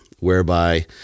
whereby